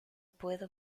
puedo